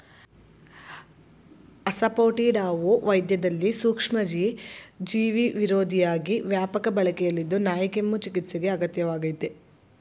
ಅಸಾಫೋಟಿಡಾವು ವೈದ್ಯದಲ್ಲಿ ಸೂಕ್ಷ್ಮಜೀವಿವಿರೋಧಿಯಾಗಿ ವ್ಯಾಪಕ ಬಳಕೆಯಲ್ಲಿದ್ದು ನಾಯಿಕೆಮ್ಮು ಚಿಕಿತ್ಸೆಗೆ ಅಗತ್ಯ ವಾಗಯ್ತೆ